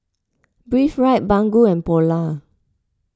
Breathe Right Baggu and Polar